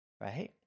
right